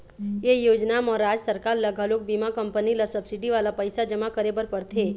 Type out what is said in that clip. ए योजना म राज सरकार ल घलोक बीमा कंपनी ल सब्सिडी वाला पइसा जमा करे बर परथे